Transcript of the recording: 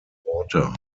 water